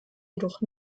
jedoch